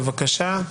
בבקשה.